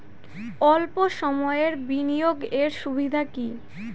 অল্প সময়ের বিনিয়োগ এর সুবিধা কি?